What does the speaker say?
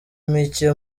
mike